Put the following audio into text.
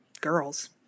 girls